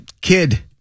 kid